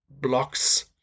blocks